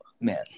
man